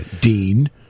Dean